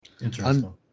Interesting